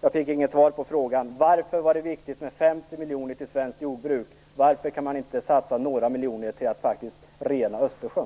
Jag fick inget svar på frågan om varför det var viktigt med 50 miljoner till svenskt jordbruk. Varför kan man inte satsa några miljoner på att rena Östersjön?